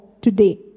today